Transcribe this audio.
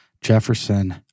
Jefferson